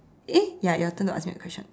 eh ya your turn to ask me a question